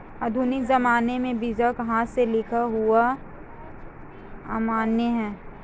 आधुनिक ज़माने में बीजक हाथ से लिखा हुआ अमान्य है